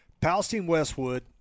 Palestine-Westwood